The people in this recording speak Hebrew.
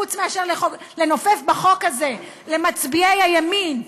חוץ מאשר לנופף בחוק הזה למצביעי הימין,